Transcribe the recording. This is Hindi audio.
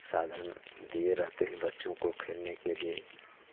साधन दिए रहते हैं बच्चों को खेलने के लिए